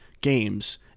games